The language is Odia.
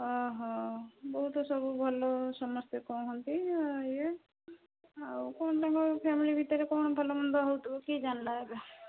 ଆଃ ଓହଃ ତ ବୋହୂତ ସବୁ ଭଲ ସମସ୍ତେ କହନ୍ତି ହଁ ୟେ ଆଉ କ'ଣ ତାଙ୍କର ଫ୍ୟାମିଲି ଭିତରେ କ'ଣ ଭଲମନ୍ଦ ହେଉଥିବ କିଏ ଜାଣିଲା ଏବେ